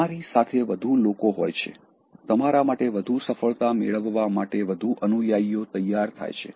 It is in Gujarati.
તમારી સાથે વધુ લોકો હોય છે તમારા માટે વધુ સફળતા મેળવવા માટે વધુ અનુયાયીઓ તૈયાર થાય છે